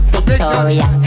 Victoria